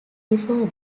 before